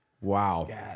Wow